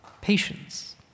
patience